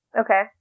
Okay